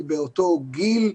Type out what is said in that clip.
היא באותו גיל,